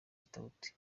katauti